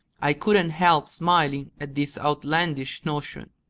i couldn't help smiling at this outlandish notion.